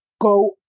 go